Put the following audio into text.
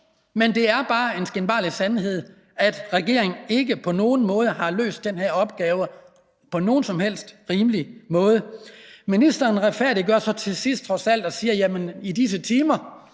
men det er bare den skinbarlige sandhed, at regeringen ikke har løst den her opgave på nogen som helst rimelig måde. Ministeren retfærdiggør sig så trods alt til sidst ved at sige,